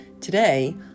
Today